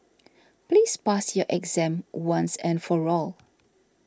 please pass your exam once and for all